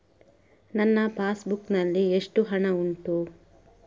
ನನ್ನ passbook ನಲ್ಲಿ ಎಷ್ಟು ಹಣ ಉಂಟು?